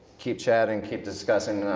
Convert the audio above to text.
keep chatting, keep discussing,